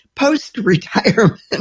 post-retirement